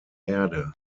erde